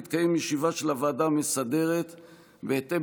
תתקיים ישיבה של הוועדה המסדרת בהתאם